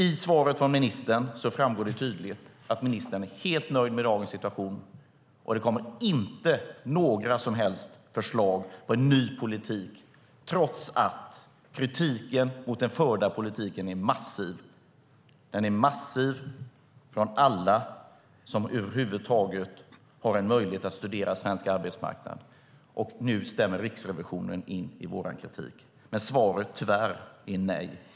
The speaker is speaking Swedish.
I svaret från ministern framgår det tydligt att hon är helt nöjd med dagens situation. Det kommer inte några som helst förslag på en ny politik trots att kritiken mot den förda politiken är massiv från alla som över huvud taget har en möjlighet att studera svensk arbetsmarknad. Nu stämmer Riksrevisionen in i vår kritik. Svaret från ministern är tyvärr nej.